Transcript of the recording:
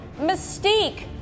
Mystique